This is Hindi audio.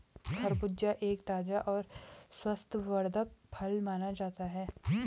खरबूजा एक ताज़ा और स्वास्थ्यवर्धक फल माना जाता है